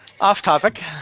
Off-topic